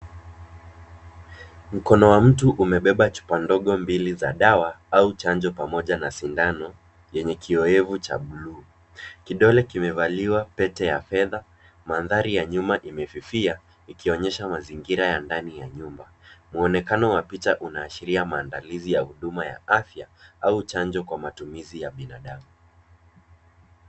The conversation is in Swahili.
Mkono wa mtu umebeba chupa ndogo mbili za dawa, au chanjo, pamoja na sindano yenye kiowevu cha blue . Kidole kimevaliwa pete ya fedha. Mandhari ya nyuma imefifia ikionyesha mazingira ya ndani ya nyumba. Muonekano wa picha unaashiria maandalizi ya huduma ya afya au chanjon kwa matumizi ya binadamu.